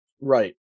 Right